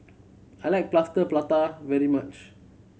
I like Plaster Prata very much